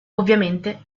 ovviamente